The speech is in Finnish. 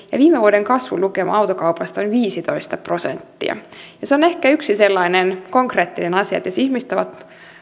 viime vuoden kasvulukema autokaupasta oli viisitoista prosenttia se on ehkä yksi sellainen konkreettinen asia että jos ihmiset ovat